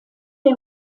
der